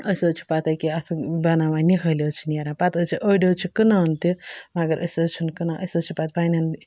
أسۍ حظ چھِ پَتہٕ أکیٛاہ اَتھ بَناوان نِۂلۍ حظ چھِ نیران پَتہٕ حظ چھِ أڑۍ حظ چھِ کٕنان تہِ مگر أسۍ حظ چھِنہٕ کٕنان أسۍ حظ چھِ پَتہٕ پنٛنٮ۪ن